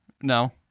No